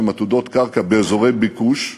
שהם עתודות קרקע באזורי ביקוש,